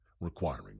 requiring